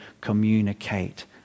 communicate